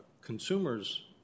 consumers